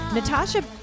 Natasha